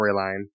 storyline